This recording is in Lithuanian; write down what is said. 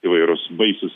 įvairūs baisūs